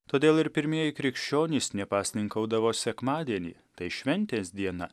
todėl ir pirmieji krikščionys pasninkaudavo sekmadienį tai šventės diena